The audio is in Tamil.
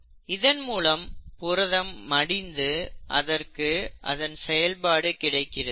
இதன் மூலம் புரதம் மடிந்து அதற்கு அதன் செயல்பாடு கிடைக்கிறது